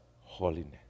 holiness